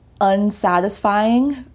unsatisfying